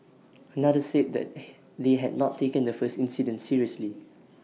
another said that they had not taken the first incident seriously